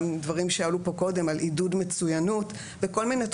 גם דברים שעלו פה קודם על עידוד מצוינות בכל מיני תחומים.